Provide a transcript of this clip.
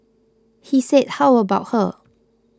he said how about her